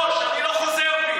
מסב את תשומת ליבה.